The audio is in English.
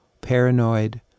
paranoid